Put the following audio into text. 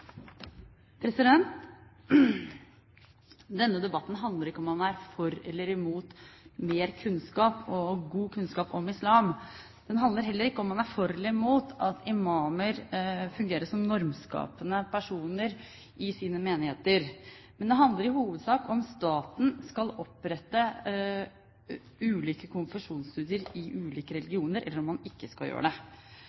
kunnskap, om islam. Den handler heller ikke om hvorvidt man er for eller imot at imamer fungerer som normskapende personer i sine menigheter. Men den handler i hovedsak om hvorvidt staten skal opprette ulike konfesjonsstudier i ulike